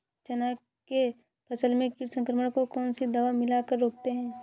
चना के फसल में कीट संक्रमण को कौन सी दवा मिला कर रोकते हैं?